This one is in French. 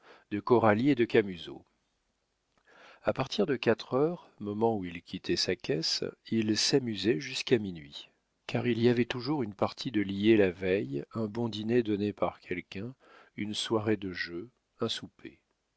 de coralie et de camusot a partir de quatre heures moment où il quittait sa caisse il s'amusait jusqu'à minuit car il y avait toujours une partie de liée la veille un bon dîner donné par quelqu'un une soirée de jeu un souper